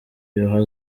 your